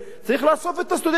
צריך לאסוף את הסטודנטים.